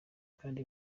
kandi